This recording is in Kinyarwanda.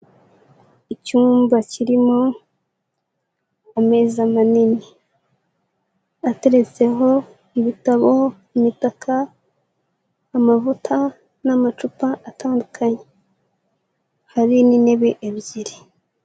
Icyumba kirimo ameza manini, ateretseho ibitabo, imitaka, amavuta n'amacupa atandukanye, hari n'intebe ebyiri.